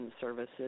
services